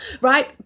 right